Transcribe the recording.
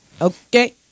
Okay